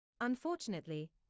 Unfortunately